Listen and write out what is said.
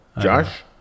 Josh